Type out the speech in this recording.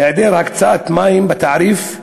היעדר הקצאת מים בתעריף,